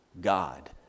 God